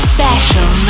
Special